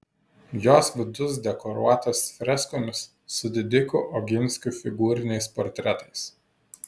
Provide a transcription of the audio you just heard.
jos vidus dekoruotas freskomis su didikų oginskių figūriniais portretais